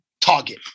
target